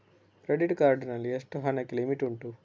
Credit card ನಲ್ಲಿ ಎಷ್ಟು ಹಣಕ್ಕೆ ಲಿಮಿಟ್ ಉಂಟು?